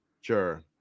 Sure